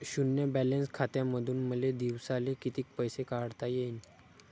शुन्य बॅलन्स खात्यामंधून मले दिवसाले कितीक पैसे काढता येईन?